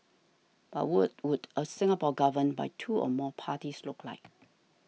but what would a Singapore governed by two or more parties look like